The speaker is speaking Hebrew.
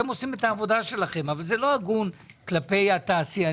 אתם עושים עבודתכם אבל זה לא הגון כלפי התעשיינים.